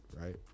right